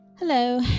hello